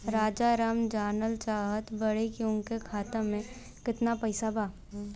राजाराम जानल चाहत बड़े की उनका खाता में कितना पैसा बा?